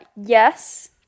Yes